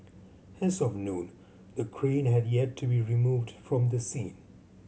as of noon the crane had yet to be removed from the scene